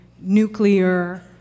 nuclear